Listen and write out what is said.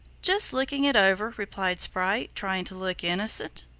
just looking it over, replied sprite, trying to look innocent.